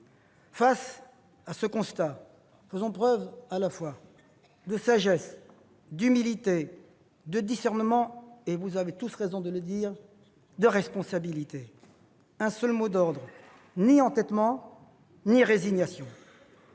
Face à ce constat, faisons preuve à la fois de sagesse, d'humilité, de discernement et- vous avez tous raison de le rappeler -de responsabilité. Il n'y a qu'un seul mot d'ordre : ni entêtement ni résignation